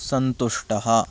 सन्तुष्टः